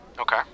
Okay